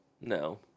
No